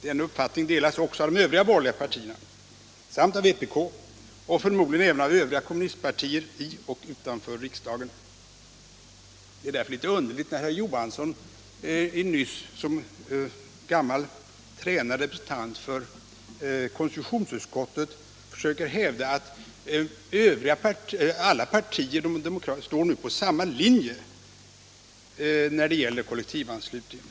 Denna uppfattning delas också av de övriga borgerliga partierna samt av vpk och förmodligen även av övriga kommunistpartier i och utanför riksdagen. Det är därför litet underligt när herr Johansson i Trollhättan som gammal, tränad representant för konstitutionsutskottet nyss försökte hävda att alla demokratiska partier nu står på samma linje när det gäller kollektivanslutningen.